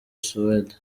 suwede